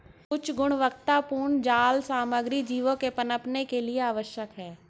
उच्च गुणवत्तापूर्ण जाल सामग्री जीवों के पनपने के लिए आवश्यक है